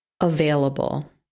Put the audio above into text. available